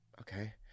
Okay